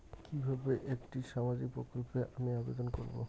কিভাবে একটি সামাজিক প্রকল্পে আমি আবেদন করব?